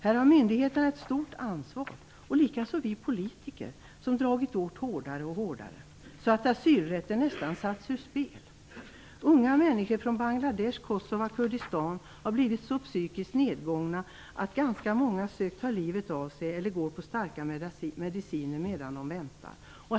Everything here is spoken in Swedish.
Här har myndigheterna ett stort ansvar och likaså vi politiker som dragit åt hårdare och hårdare, så att asylrätten nästan satts ur spel. Kurdistan har blivit så psykiskt nedgångna att ganska många sökt ta livet av sig eller går på starka mediciner medan de väntar.